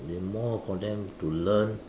they more for them to learn